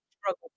struggle